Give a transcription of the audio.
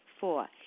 Four